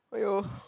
aiyo